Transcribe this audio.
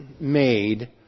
made